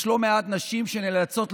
יש לא מעט נשים שנאלצות,